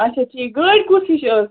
اَچھا ٹھیٖک گٲڑۍ کُس ہِش ٲس